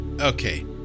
Okay